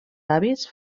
avis